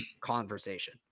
conversation